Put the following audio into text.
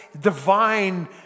divine